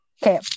Okay